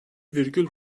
virgül